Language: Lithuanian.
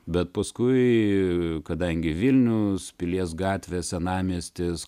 bet paskui kadangi vilnius pilies gatvė senamiestis